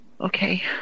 Okay